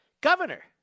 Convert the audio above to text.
Governor